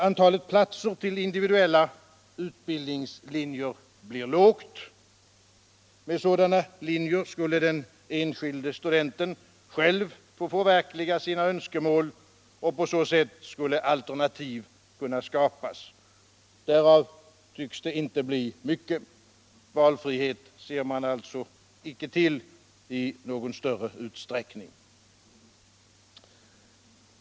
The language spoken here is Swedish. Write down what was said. Antalet platser på individuellr utbildningslinjer blir lågt. Med sådana linjer skulle den enskilde studenten själv få förverkliga sina önskemål. och på så sätt skulle alternativ kunna skapas. Därav tycks inte bli mycket. Valfrihet ser man alltså inte till i någon större utsträckning.